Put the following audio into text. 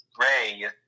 Ray